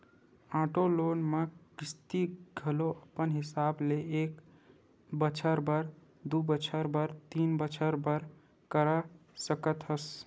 auto loan म किस्ती घलो अपन हिसाब ले एक बछर बर, दू बछर बर, तीन बछर बर करा सकत हस